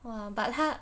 !wah! but 他